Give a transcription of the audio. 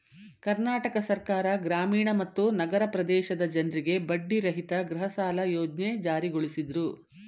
ಕರ್ನಾಟಕ ಸರ್ಕಾರ ಗ್ರಾಮೀಣ ಮತ್ತು ನಗರ ಪ್ರದೇಶದ ಜನ್ರಿಗೆ ಬಡ್ಡಿರಹಿತ ಗೃಹಸಾಲ ಯೋಜ್ನೆ ಜಾರಿಗೊಳಿಸಿದ್ರು